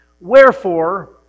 Wherefore